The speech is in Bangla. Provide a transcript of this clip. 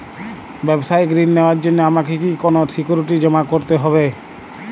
ব্যাবসায়িক ঋণ নেওয়ার জন্য আমাকে কি কোনো সিকিউরিটি জমা করতে হবে?